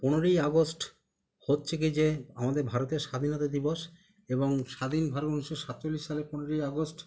পনেরোই আগস্ট হচ্ছে কী যে আমাদের ভারতের স্বাধীনতা দিবস এবং স্বাধীন ভারত উনিশশো সাতচল্লিশ সালের পনেরোই আগস্ট